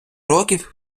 років